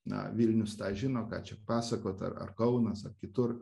na vilnius tą žino ką čia pasakot ar ar kaunas ar kitur